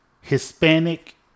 Hispanic